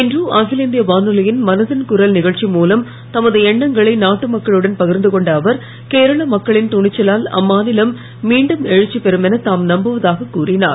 இன்று அகில இந்திய வானொலியின் மனதின் குரல் நிகழ்ச்சி மூலம் தமது எண்ணங்களை நாட்டு மக்களுடன் பகிர்ந்து கொண்ட அவர் கேரள மக்களின் துணிச்சலால் அம்மாநிலம் மீண்டும் எழுச்சி பெறும் என தாம் நம்புவதாக கூறினார்